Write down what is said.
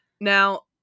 Now